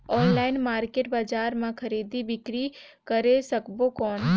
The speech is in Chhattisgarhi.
ऑनलाइन मार्केट बजार मां खरीदी बीकरी करे सकबो कौन?